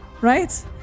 right